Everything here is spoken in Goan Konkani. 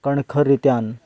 कणखर रितीन